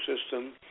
system